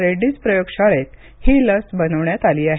रेड्डी प्रयोगशाळेत ही लस बनवण्यात आली आहे